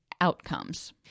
outcomes